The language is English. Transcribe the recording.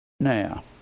Now